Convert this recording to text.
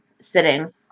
sitting